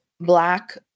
Black